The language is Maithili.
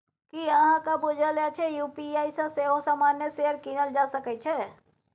की अहाँक बुझल अछि यू.पी.आई सँ सेहो सामान्य शेयर कीनल जा सकैत छै?